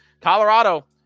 Colorado